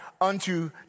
unto